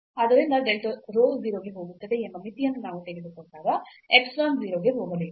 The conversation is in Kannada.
ಆದ್ದರಿಂದ delta rho 0 ಗೆ ಹೋಗುತ್ತದೆ ಎಂಬ ಮಿತಿಯನ್ನು ನಾವು ತೆಗೆದುಕೊಂಡಾಗ epsilon 0 ಗೆ ಹೋಗಬೇಕು